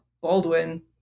baldwin